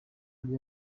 rya